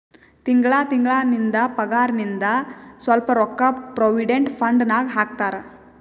ತಿಂಗಳಾ ತಿಂಗಳಾ ನಿಂದ್ ಪಗಾರ್ನಾಗಿಂದ್ ಸ್ವಲ್ಪ ರೊಕ್ಕಾ ಪ್ರೊವಿಡೆಂಟ್ ಫಂಡ್ ನಾಗ್ ಹಾಕ್ತಾರ್